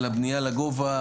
על הבנייה לגובה,